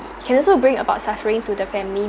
can also bring about suffering to the family